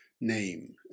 name